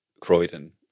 Croydon